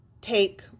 take